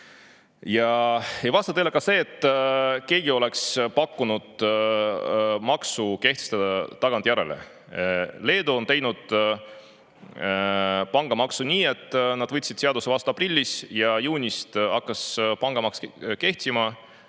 Ei vasta tõele ka see, et keegi oleks pakkunud kehtestada maks tagantjärele. Leedu on teinud pangamaksu nii, et nad võtsid seaduse vastu aprillis ja juunist hakkas pangamaks kehtima.